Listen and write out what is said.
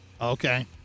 Okay